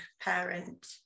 parent